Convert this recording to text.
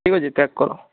ଠିକ୍ ଅଛି ପ୍ୟାକ୍ କର